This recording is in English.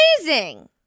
amazing